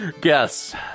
Guess